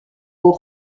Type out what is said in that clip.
aux